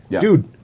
dude